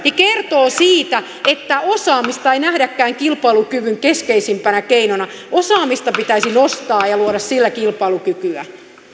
kertoo siitä että osaamista ei nähdäkään kilpailukyvyn keskeisimpänä keinona osaamista pitäisi nostaa ja ja luoda sillä kilpailukykyä